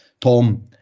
Tom